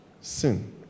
sin